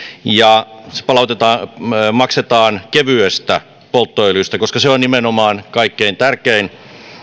ja se maksetaan kevyestä polttoöljystä koska se on nimenomaan kaikkein tärkein